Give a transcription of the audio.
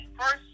first